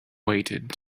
waited